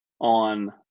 on –